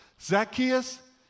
Zacchaeus